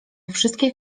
wszystkie